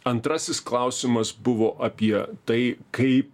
antrasis klausimas buvo apie tai kaip